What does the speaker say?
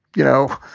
you know,